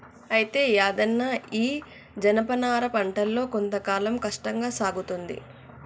అయితే యాదన్న ఈ జనపనార పంటలో కొంత కాలం కష్టంగా సాగుతుంది